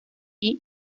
hee